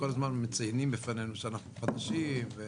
כל הזמן מציינים בפנינו שאנחנו חדשים.